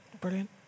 Brilliant